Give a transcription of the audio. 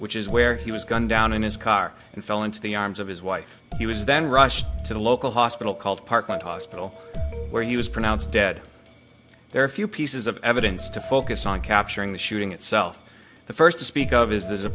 which is where he was gunned down in his car and fell into the arms of his wife he was then rushed to the local hospital called parkland hospital where he was pronounced dead there are a few pieces of evidence to focus on capturing the shooting itself the first to speak of is this a